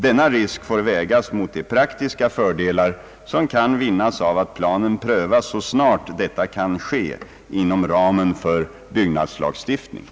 Denna risk får vägas mot de praktiska fördelar som kan vinnas av att planen prövas så snart detta kan ske inom ramen för byggnadslagstiftningen.